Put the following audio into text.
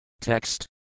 text